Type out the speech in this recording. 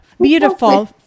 beautiful